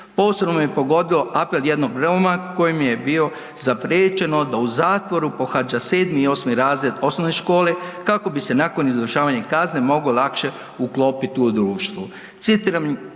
Posebno me pogodio apel jednog Roma kojem je bilo zapriječeno da u zatvoru pohađa 7. i 8. razred osnovne škole kako bi se nakon izvršavanja kazne mogao lakše uklopiti u društvo.